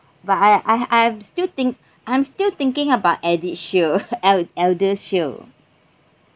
but I I I'm still think I'm still thinking about eldershield el~ eldershield